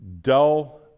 Dull